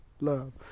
love